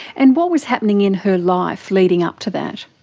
and what was happening in her life leading up to that?